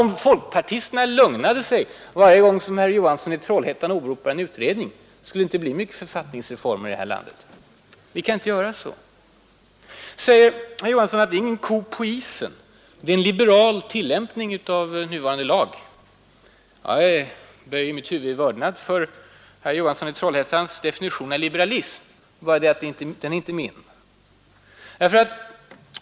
Om folkpartisterna lugnade sig varje gång herr Johansson i Trollhättan åberopar en utredning, så skulle det inte bli många författningsreformer i det här landet! Vi kan inte handla på det sättet Vidare sade herr Johansson att ”det är ingen ko på isen”; det är en ”liberal tillämpning” av den nuvarande lagen som regeringen gör. Jag böjer mitt huvud i vördnad för herr Johanssons definition på liberalism; det är bara det att den inte är min.